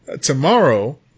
tomorrow